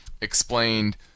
explained